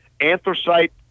Anthracite